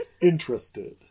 Interested